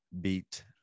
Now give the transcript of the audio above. beat